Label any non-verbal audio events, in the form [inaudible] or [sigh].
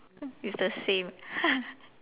it's the same [laughs]